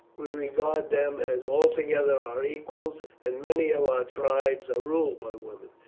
we regard them as altogether our equals, and many of our tribes are ruled by women.